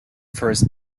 first